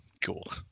Cool